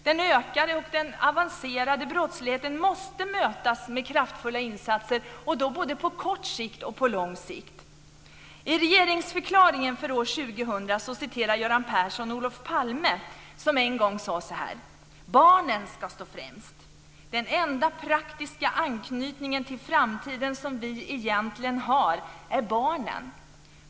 Den ökade och den avancerade brottsligheten måste mötas med kraftfulla insatser, både på kort sikt och på lång sikt. Persson Olof Palme som en gång sade: Barnen ska stå främst. Den enda praktiska anknytningen till framtiden som vi egentligen har är barnen.